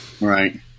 Right